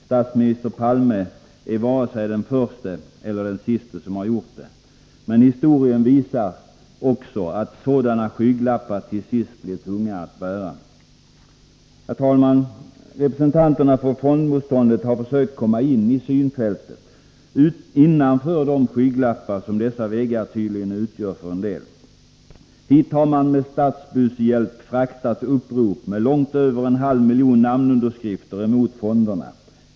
Statsminister Palme är varken den förste eller den siste som gjort det. Men historien visar också att sådana skygglappar till sist blir tunga att bära. Herr talman! Representanterna för fondmotståndet har försökt komma in i synfältet, innanför de skygglappar som dessa väggar tydligen utgör för en del. Hit har man med statsbudshjälp fraktat upprop med långt över en halv miljon namnunderskrifter mot fonderna.